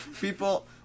people